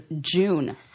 june